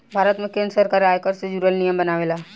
भारत में केंद्र सरकार आयकर से जुरल नियम बनावेला